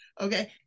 Okay